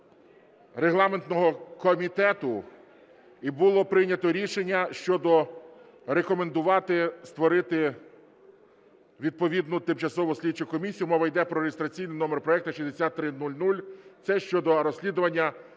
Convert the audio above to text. регламентного комітету і було прийнято рішення щодо рекомендувати створити відповідну тимчасову слідчу комісію, мова йде про реєстраційний номер проекту 6300 – це щодо розслідування